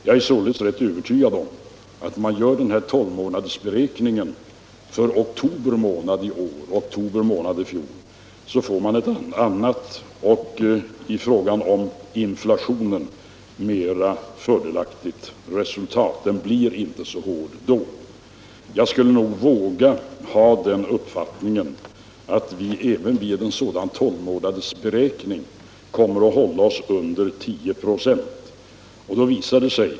Jag är således rätt övertygad om att ifall man gör den här tolvmånadersberäkningen för oktober månad i år och oktober månad i fjol, så får man i fråga om inflationen ett annat och mer fördelaktigt resultat. Inflationen blir då inte så hård. Jag vågar ha den uppfattningen att vi även vid en sådan tolvmånadersberäkning kommer att hålla oss under 10 926.